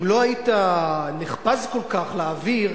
אם לא היית נחפז כל כך להעביר,